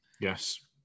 Yes